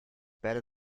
better